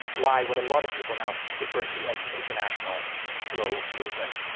lie what a lot of people now refer to as the international slow movement.